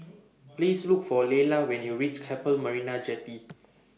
Please Look For Layla when YOU REACH Keppel Marina Jetty